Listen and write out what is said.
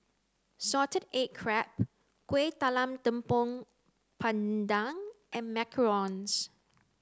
salted egg crab Kueh Talam Tepong Pandan and Macarons